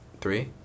Three